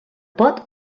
pot